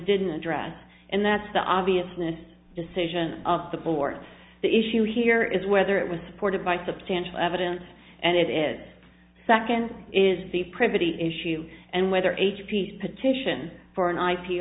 didn't address and that's the obviousness decision of the board the issue here is whether it was supported by substantial evidence and it is second is the privity issue and whether h p s petition for an i